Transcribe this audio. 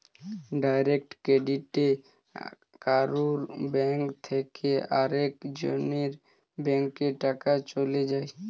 direct ক্রেডিটে কারুর bank থেকে আরেক জনের ব্যাংকে টাকা চলে যায়